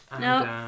No